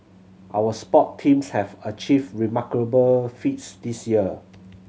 our sport teams have achieved remarkable feats this year